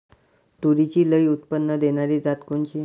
तूरीची लई उत्पन्न देणारी जात कोनची?